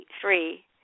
three